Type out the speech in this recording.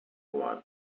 one